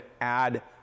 add